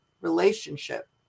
relationship